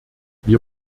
wir